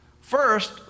First